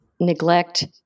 neglect